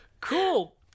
cool